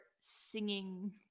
singing